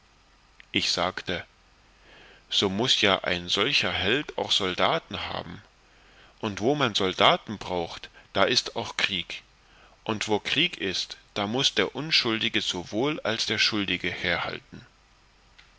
ich sagte so muß ja ein solcher held auch soldaten haben und wo man soldaten braucht da ist auch krieg und wo krieg ist da muß der unschuldige sowohl als der schuldige herhalten